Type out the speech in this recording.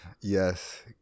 Yes